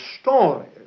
stories